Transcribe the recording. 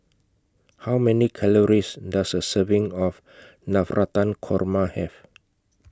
How Many Calories Does A Serving of Navratan Korma Have